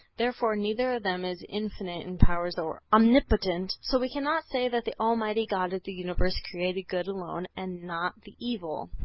therefore neither of them is infinite in powers or omnipotent. so we cannot say that the almighty god of the universe created good alone and not the evil.